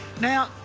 now,